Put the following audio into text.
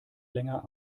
länger